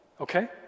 Okay